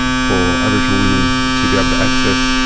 for aboriginal women to be able to access,